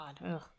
God